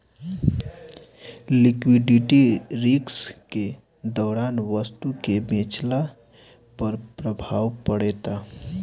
liquidity risk के दौरान वस्तु के बेचला पर प्रभाव पड़ेता